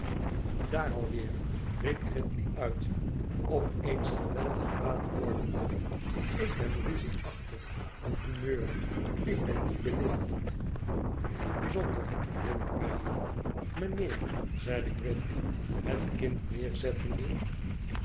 daar alweer riep gridley uit op eens geweldig kwaad wordende ik ben ruzieachtig van humeur ik ben niet beleefd niet bijzonder dunkt mij mijnheer zeide gridley het kind neerzettende